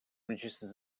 reduces